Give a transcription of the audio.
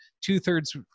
two-thirds